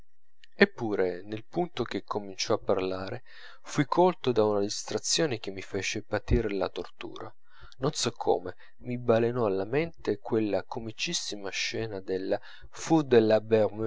eppure nel punto che cominciò a parlare fui colto da una distrazione che mi fece patir la tortura non so come mi balenò alla mente quella comicissima scena della